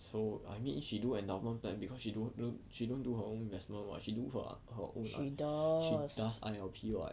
so I mean if she do endowment plan because she don't she don't do her own investment what she do her own she does I_L_P [what]